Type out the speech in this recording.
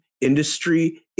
industry